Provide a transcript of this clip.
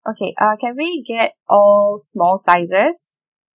okay uh can we get all small sizes